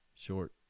Short